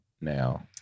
now